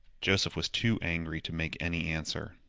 joseph was too angry to make any answer.